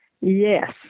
Yes